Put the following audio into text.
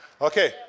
Okay